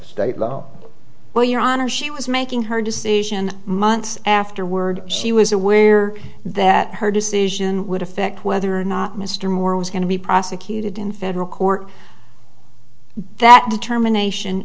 state law well your honor she was making her decision months afterward she was aware that her decision would affect whether or not mr moore was going to be prosecuted in federal court that determination